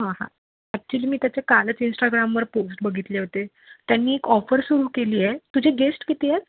हां हां ॲक्चुअली मी त्याच्या कालच इन्स्टाग्रामवर पोस्ट बघितले होते त्यांनी एक ऑफर सुरू केली आहे तुझे गेस्ट किती आहेत